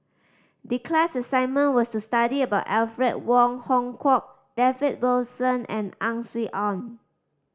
the class assignment was to study about Alfred Wong Hong Kwok David Wilson and Ang Swee Aun